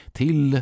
till